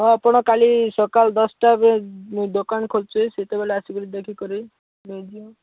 ହଉ ଆପଣ କାଲି ସକାଲ ଦଶଟା ବେ ମୁଁ ଦୋକାନ ଖୋଲୁଛି ସେତେବେଲେ ଆସିକରି ଦେଖିକରି ନେଇଯିବେ